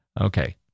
Okay